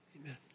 Amen